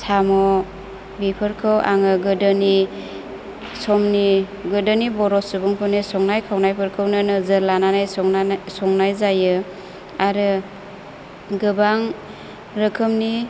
साम' बेफोरखौ आङो गोदोनि समनि गोदोनि बर' सुबुंफोरनि संनाय खावनायफोरखौनो नोजोर लानानै संनानै संनाय जायो आरो गोबां रोखोमनि